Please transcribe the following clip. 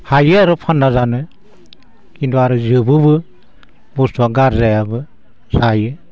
हायो आरो फानना जानो खिन्थु आरो जोबोबो बस्थुआ गारजायाबो जायो